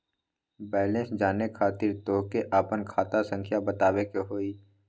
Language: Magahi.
बैलेंस जाने खातिर तोह के आपन खाता संख्या बतावे के होइ?